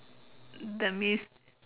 that means